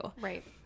right